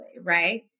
right